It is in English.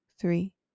three